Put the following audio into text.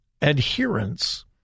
adherence